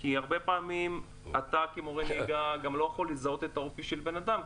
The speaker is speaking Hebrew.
הרבה פעמים מורה הנהיגה לא יכול לזהות את האופי של האדם,